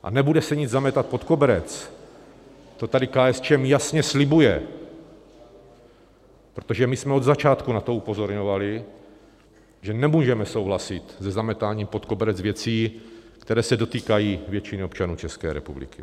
A nebude se nic zametat pod koberec, to tady KSČM jasně slibuje, protože my jsme od začátku na to upozorňovali, že nemůžeme souhlasit se zametáním pod koberec věcí, které se dotýkají většiny občanů České republiky.